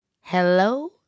Hello